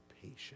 patient